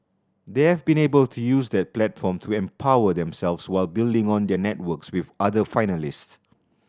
they have been able to use that platform to empower themselves while building on their networks with other finalists